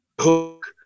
hook